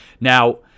Now